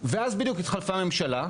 ואז בדיוק התחלפה הממשלה.